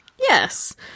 Yes